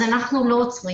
אז אנחנו לא עוצרים.